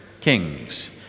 kings